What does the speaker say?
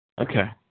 Okay